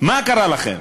מה קרה לכם?